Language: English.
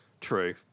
True